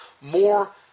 more